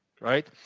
right